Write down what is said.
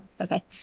okay